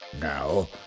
Now